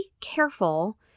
careful